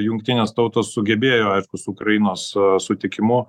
jungtinės tautos sugebėjo aišku su ukrainos sutikimu